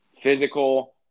physical